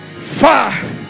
five